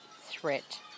threat